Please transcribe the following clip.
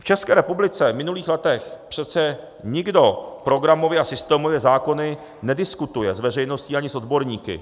V České republice v minulých letech přece nikdo programově a systémově zákony nediskutuje s veřejností ani s odborníky.